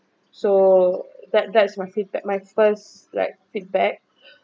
so that that's my feedback my first like feedback